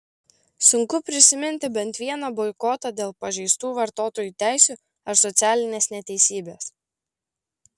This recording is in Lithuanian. sunku prisiminti bent vieną boikotą dėl pažeistų vartotojų teisių ar socialinės neteisybės